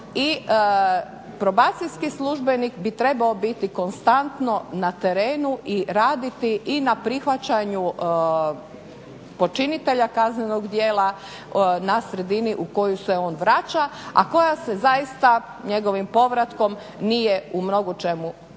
i probacijski službenik bi trebao biti konstanto na terenu i raditi i na prihvaćanju počinitelja kaznenog djela na sredini u koju se on vraća a koja se zaista njegovim povratkom nije u mnogo čemu promijenila.